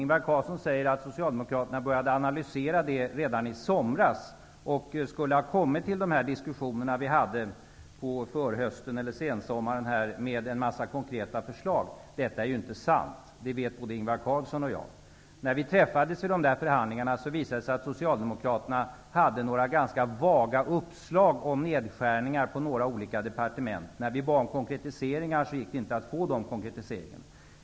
Ingvar Carlsson säger att Socialdemokraterna började analysera det redan i somras och skulle ha kommit till de diskussioner som vi hade på förhösten eller sensommaren med en massa konkreta förslag. Detta är ju inte sant. Det vet både Ingvar Carlsson och jag. När vi träffades vid dessa förhandlingar, visade det sig att Socialdemokraterna hade några ganska vaga uppslag om nedskärningar på några olika departement. När vi bad om konkretiseringar gick det inte att få dessa konkretiseringar.